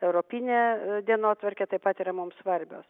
europine dienotvarke taip pat yra mums svarbios